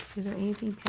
is there anything